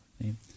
name